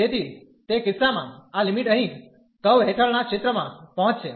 તેથી તે કિસ્સામાં આ લિમિટ અહીં કર્વ હેઠળના ક્ષેત્રમાં પહોંચશે